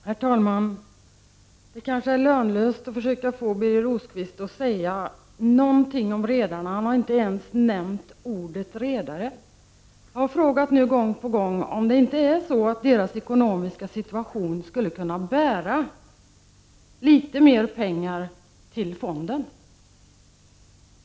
Herr talman! Det är kanske lönlöst att försöka få Birger Rosqvist att säga någonting om redarna. Han har inte ens använt ordet ”redare”. Jag har gång på gång frågat om inte redarnas ekonomiska situation skulle kunna bära en inbetalning av litet mer pengar till fonden.